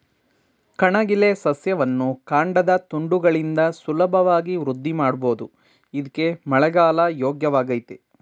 ಕಣಗಿಲೆ ಸಸ್ಯವನ್ನು ಕಾಂಡದ ತುಂಡುಗಳಿಂದ ಸುಲಭವಾಗಿ ವೃದ್ಧಿಮಾಡ್ಬೋದು ಇದ್ಕೇ ಮಳೆಗಾಲ ಯೋಗ್ಯವಾಗಯ್ತೆ